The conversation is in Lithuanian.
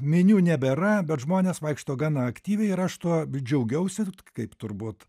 minių nebėra bet žmonės vaikšto gan aktyviai ir aš tuo džiaugiausi kaip turbūt